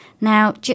Now